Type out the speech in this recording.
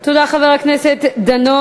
תודה, חבר הכנסת דנון.